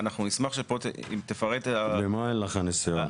הרי זה מה קורה.